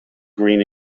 green